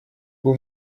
был